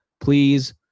please